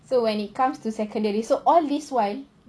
so when it comes to secondary so all this while